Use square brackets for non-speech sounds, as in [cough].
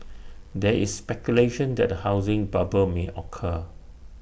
[noise] there is speculation that A housing bubble may occur